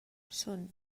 són